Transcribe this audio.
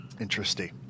Interesting